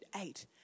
eight